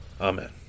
Amen